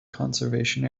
conservation